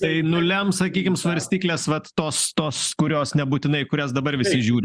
tai nulems sakykim svarstyklės vat tos tos kurios nebūtinai kurias dabar visi žiūri